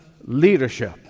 leadership